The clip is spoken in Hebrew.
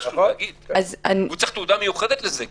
הוא צריך תעודה מיוחדת לזה.